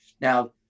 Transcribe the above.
Now